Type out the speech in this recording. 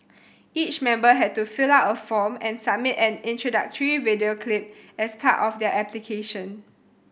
each member had to fill out a form and submit an introductory video clip as part of their application